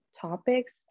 topics